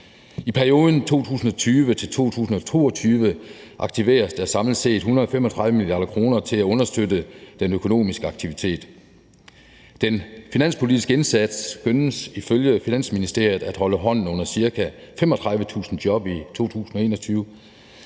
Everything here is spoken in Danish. I perioden 2020-2022 aktiveres der samlet set 135 mia. kr. til at understøtte den økonomiske aktivitet. Den finanspolitiske indsats skønnes ifølge Finansministeriet at holde hånden under ca. 35.000 job i 2021.